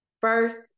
First